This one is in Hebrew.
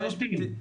לחלוטין.